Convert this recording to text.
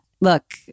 Look